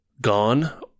gone